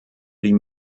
die